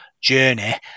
journey